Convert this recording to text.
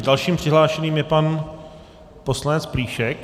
Dalším přihlášeným je pan poslanec Plíšek.